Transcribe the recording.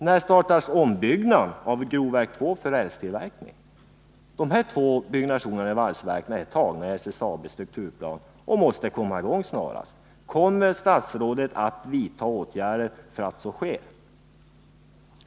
När startas ombyggnaden av grovverk 2 för rälstillverkningen? De här två byggnationerna i valsverket är intagna i SSAB:s strukturplan och måste komma i gång snarast. Kommer statsrådet att vidta några åtgärder för att så sker?